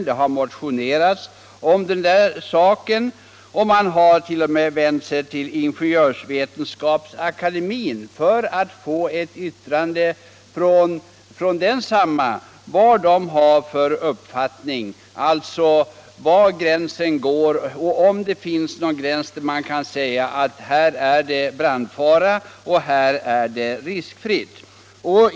Det har motionerats om saken, och man har t.o.m. vänt sig till Ingenjörsvetenskapsakademien för att höra vilken uppfattning den har, om det finns någon gräns för sotningsfristerna mellan brandfarliga och riskfria förhållanden och var den i så fall går.